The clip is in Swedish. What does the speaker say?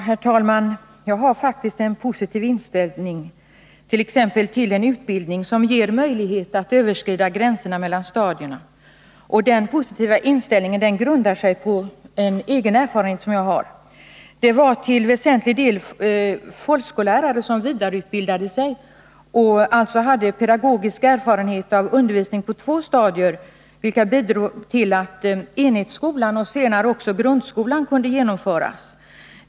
Herr talman! Jag har faktiskt en positiv inställning exempelvis till en utbildning som ger möjlighet att överskrida gränserna mellan stadierna, och den positiva inställningen grundar sig på en egen erfarenhet som jag har. Det var till väsentlig del vidareutbildade folkskollärare — vilka alltså hade pedagogisk erfarenhet av undervisning på två stadier — som bidrog till att enhetsskolan och senare också grundskolan kunde genomföras.